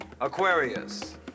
Aquarius